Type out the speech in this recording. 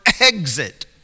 exit